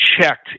checked